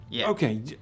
Okay